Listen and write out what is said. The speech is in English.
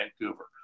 Vancouver